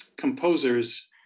composers